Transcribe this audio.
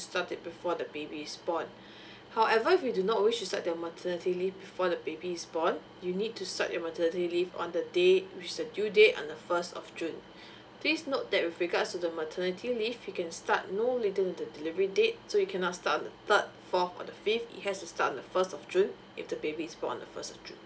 to start it before the baby is born however if you do not wish to start the maternity leave before the baby is born you need to start your maternity leave on the day which is the due date on the first of june please note that with regards to the maternity leave you can start no later than the delivery date so you cannot start on the third fourth or the fifth it has to start on the first of june if the baby is born on the first of june